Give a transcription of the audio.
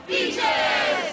Beaches